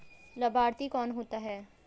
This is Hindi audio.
लाभार्थी कौन होता है?